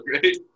great